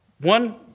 One